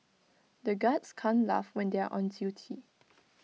the guards can't laugh when they are on duty